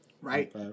Right